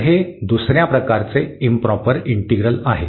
तर हे दुसर्या प्रकाराचे इंप्रॉपर इंटिग्रल आहे